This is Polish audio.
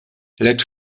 lecz